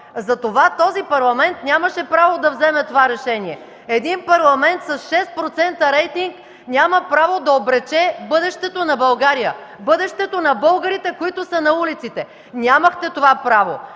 Затова този парламент нямаше право да вземе това решение. Един Парламент с 6% рейтинг няма право да обрече бъдещето на България, бъдещето на българите, които са на улиците. Нямахте това право!